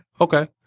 Okay